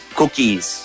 cookies